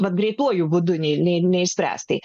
vat greituoju būdu nei neišspręstai